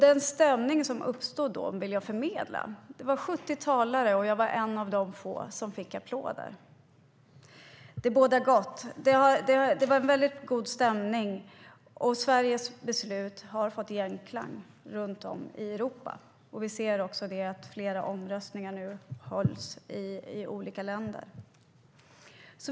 Den stämning som uppstod då vill jag förmedla. Det var 70 talare, och jag var en av de få som fick applåder. Det bådar gott. Det var en väldigt god stämning, och Sveriges beslut har fått genklang runt om i Europa.Vi ser att flera omröstningar hålls i olika länder.